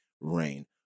Rain